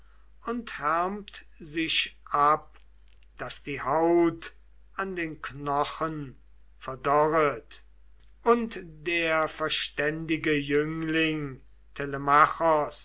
und härmt sich ab daß die haut an den knochen verdorret und der verständige jüngling